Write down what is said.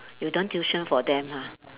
you don't tuition for them lah